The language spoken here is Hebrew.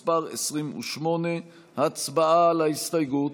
מס' 28. הצבעה על ההסתייגות.